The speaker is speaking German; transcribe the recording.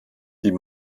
die